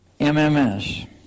MMS